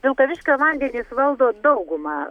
vilkaviškio vandenys valdo daugumą